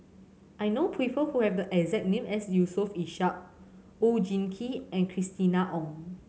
I know people who have the exact name as Yusof Ishak Oon Jin Gee and Christina Ong